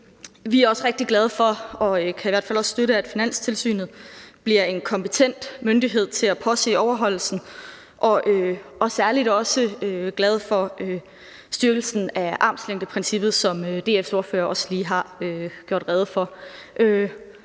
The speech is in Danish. Vi er rigtig glade for og kan også støtte, at Finanstilsynet bliver en kompetent myndighed i forhold til at påse overholdelsen af forordningen, og vi er særlig glade for styrkelsen af armslængdeprincippet, som DF's ordfører også lige har gjort rede for.